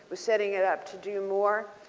was setting it up to do more.